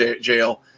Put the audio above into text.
jail